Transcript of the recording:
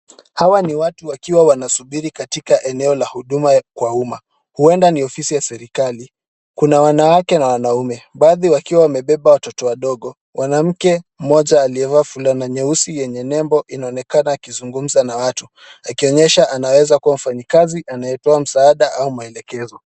Hawa ni watu wakiwa wanasubiri katika eneo la huduma kwa uma. Huenda ni ofisi ya serikali. Kuna wanawake na wanaume, baadhi wakiwa wamebeba watoto wadogo. Mwanamke mmoja aliyeva fulana nyeusi yenye nembo inaonekana akizungumza na watu, akionyesha anaweza kuwa mfanyikazi anayetoa msaada au maelekezo.